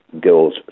girls